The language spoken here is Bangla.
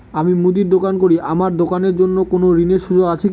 আমি মুদির দোকান করি আমার দোকানের জন্য কোন ঋণের সুযোগ আছে কি?